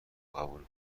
قبول